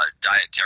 dietary